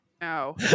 No